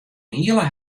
hiele